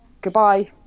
Goodbye